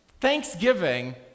Thanksgiving